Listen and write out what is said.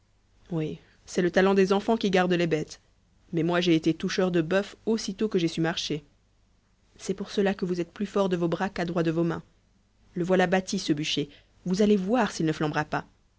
oui c'est le talent des enfants qui gardent les bêtes mais moi j'ai été toucheur de bufs aussitôt que j'ai su marcher c'est pour cela que vous êtes plus fort de vos bras qu'adroit de vos mains le voilà bâti ce bûcher vous allez voir s'il ne flambera pas